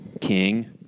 King